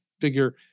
figure